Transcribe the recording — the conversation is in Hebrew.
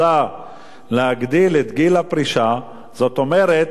רוצה להעלות את גיל הפרישה, זאת אומרת,